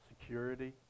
security